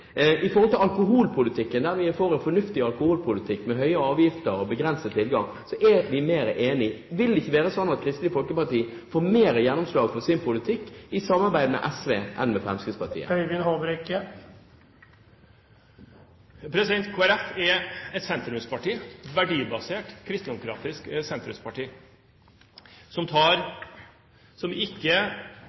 Når det gjelder alkoholpolitikken, der vi er for en fornuftig alkoholpolitikk med høye avgifter og begrenset tilgang, er vi mer enig. Vil det ikke være sånn at Kristelig Folkeparti får mer gjennomslag for sin politikk i samarbeid med SV enn med Fremskrittspartiet? Kristelig Folkeparti er et sentrumsparti – et verdibasert, kristendemokratisk sentrumsparti – som